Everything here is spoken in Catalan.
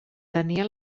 tenia